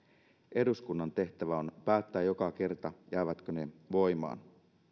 eduskunnan tehtävä on päättää joka kerta jäävätkö ne voimaan